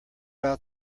out